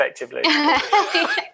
effectively